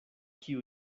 kiu